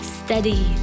steady